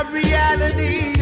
reality